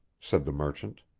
said the merchant.